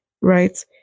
right